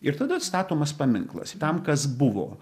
ir tada statomas paminklas tam kas buvo